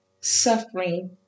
Suffering